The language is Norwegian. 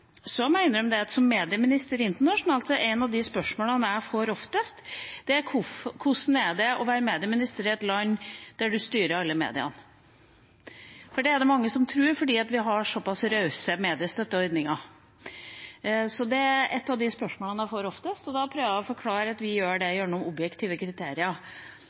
så godt i form av en sjølregulering av mediene våre. Internasjonalt er et av de spørsmålene jeg som medieminister får oftest, hvordan det er å være medieminister i et land hvor man styrer alle mediene. Det er det mange som tror, siden vi har såpass rause mediestøtteordninger. Det er et av de spørsmålene jeg får oftest, og da prøver jeg å forklare at vi gjør det gjennom objektive kriterier.